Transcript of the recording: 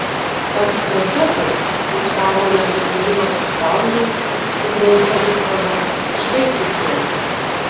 pats procesas kaip sąmonės atvėrimas pasauliui ugdant savistabą štai tikslas